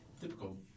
Typical